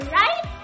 right